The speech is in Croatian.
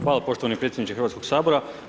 Hvala poštovani predsjedniče Hrvatskog sabora.